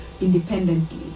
independently